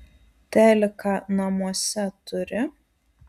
teliką namuose turi